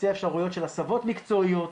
מציע אפשרות של הסבות מקצועיות.